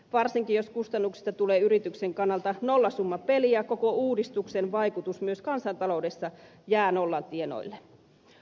varsinkin jos kustannuksista tulee yrityksen kannalta nollasummapeliä koko uudistuksen vaikutus myös kansantaloudessa jää nollan tienoille